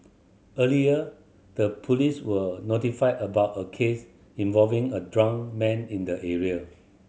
earlier the police were notified about a case involving a drunk man in the area